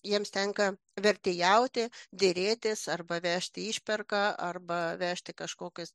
jiems tenka vertėjauti derėtis arba vežti išperka arba vežti kažkokias